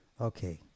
Okay